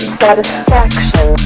satisfaction